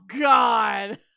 God